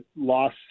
loss